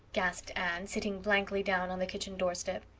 gasped anne, sitting blankly down on the kitchen doorstep.